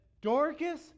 Dorcas